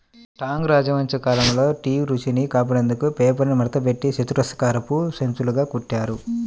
Tang రాజవంశం కాలంలో tea రుచిని కాపాడేందుకు పేపర్ను మడతపెట్టి చతురస్రాకారపు సంచులుగా కుట్టారు